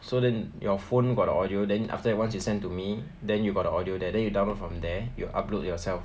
so then your phone got the audio then after that once you send to me then you got the audio there then you download from there you upload yourself